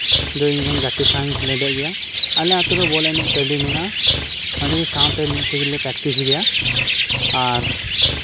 ᱤᱧ ᱫᱚ ᱤᱧ ᱨᱮᱱ ᱜᱟᱛᱮ ᱥᱟᱶ ᱤᱧ ᱠᱷᱮᱞᱚᱜ ᱜᱮᱭᱟ ᱟᱞᱮ ᱟᱹᱛᱩᱨᱮ ᱵᱚᱞ ᱮᱱᱮᱡ ᱴᱟᱺᱰᱤ ᱢᱮᱱᱟᱜᱼᱟ ᱚᱸᱰᱮᱜᱮ ᱥᱟᱶᱛᱮ ᱢᱤᱫ ᱛᱮᱜᱮᱞᱮ ᱯᱨᱮᱠᱴᱤᱥ ᱜᱮᱭᱟ ᱟᱨ